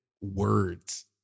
words